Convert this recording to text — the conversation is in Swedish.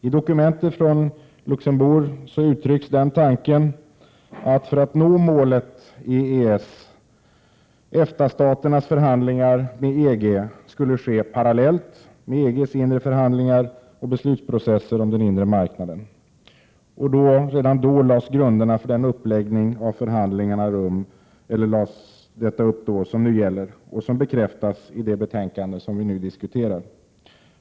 I dokumentet från Luxemburg uttrycks den tanken att för att nå målet EES skulle EFTA-staternas förhandlingar med EG ske parallellt med EG:s inre förhandlingar och beslutsprocesser om den inre marknaden. Redan då lades grunderna för den uppläggning av förhandlingarna som nu gäller och som bekräftas i det betänkande vi nu diskuterar.